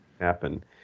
happen